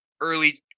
early